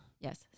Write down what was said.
Yes